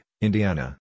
Indiana